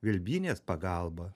vilbynės pagalba